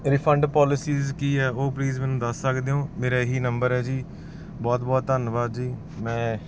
refund policies ਕੀ ਹੈ ਉਹ ਪਲੀਜ਼ ਮੈਨੂੰ ਦੱਸ ਸਕਦੇ ਹੋ ਮੇਰਾ ਇਹ ਹੀ ਨੰਬਰ ਹੈ ਜੀ ਬਹੁਤ ਬਹੁਤ ਧੰਨਵਾਦ ਜੀ ਮੈਂ